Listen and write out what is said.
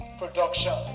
production